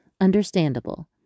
Understandable